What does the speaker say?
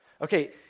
Okay